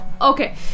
okay